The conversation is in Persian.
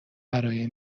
برای